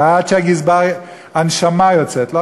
ועד שהגזבר יאשר לו הנשמה יוצאת לו,